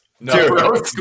No